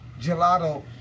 gelato